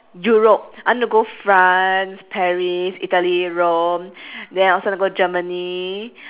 europe I want to go france paris italy rome then I also want to go germany